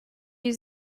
yüz